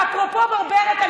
ואפרופו ברברת,